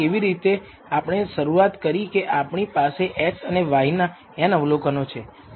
કેવી રીતે આપણે શરૂઆત કરી કે આપણી પાસે x અને y ના n અવલોકનો છે